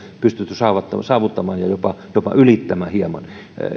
pystytty saavuttamaan ja jopa jopa ylittämään hieman